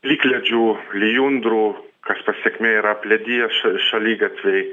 plikledžiu lijundrų kas pasekmė yra aplediję ša šaligatviai